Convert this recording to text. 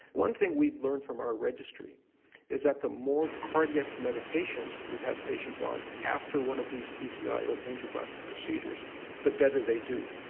one thing we've learnt from our registry is that the more cardiac medications we have patients on after one of these pci or angioplasty procedures the better they do.